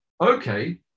Okay